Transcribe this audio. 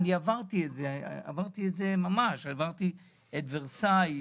אני עברתי את זה ממש - עברתי את ורסאי,